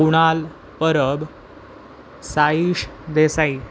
Kunal Parab Saish Desai